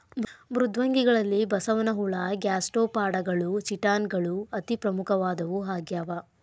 ಮೃದ್ವಂಗಿಗಳಲ್ಲಿ ಬಸವನಹುಳ ಗ್ಯಾಸ್ಟ್ರೋಪಾಡಗಳು ಚಿಟಾನ್ ಗಳು ಅತಿ ಪ್ರಮುಖವಾದವು ಆಗ್ಯಾವ